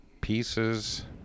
pieces